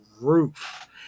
roof